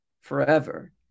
forever